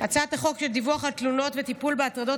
הצעת החוק של דיווח על תלונות וטיפול בהטרדות